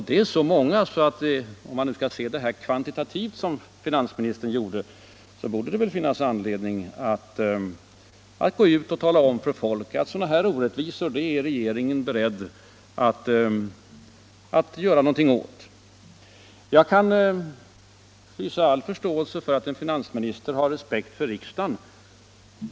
Det är så många att, om man skall se det här kvantitativt som finansministern gjorde, det väl borde finnas anledning att gå ut och tala om för folk att sådana här orättvisor är regeringen beredd att göra någonting åt. Jag kan hysa all förståelse för att en finansminister har respekt för riksdagen.